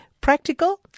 Practical